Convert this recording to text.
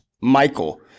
Michael